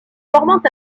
formant